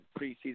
preseason